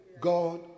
God